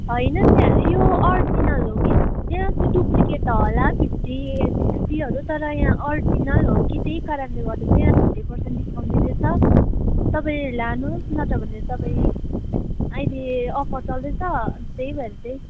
होइन न्या यो अरिजिनल हो कि त्यहाँ चाहिँ डुप्लिकेट होला फिफ्टी सिक्स्टीहरू तर यहाँ अरिजिनल हो कि त्यही कारणले गर्दा चाहिँ यहाँ थर्टी पर्सेन्ट डिस्काउन्ट दिँदैछ तपाईँ लानुहोस् नत्र भने तपाईँ अहिले अफर चल्दैछ त्यही भएर चाहिँ